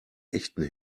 echten